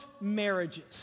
marriages